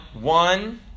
one